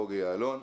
בוגי יעלון,